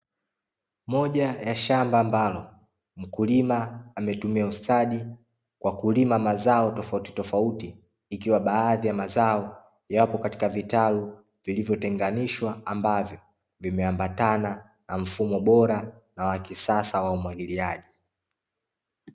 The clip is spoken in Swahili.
Moja ya shamba ambalo, mkulima ametumia ustadi wa kulima mazao tofauti, ikiwa baadhi ya mazao yapo katika vitalu vilivyotenganishwa, ambavyo vimeambatana na mfumo bora wa kisasa waumwagiliaji.